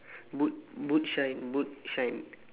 boot boot shine boot shine